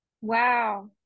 Wow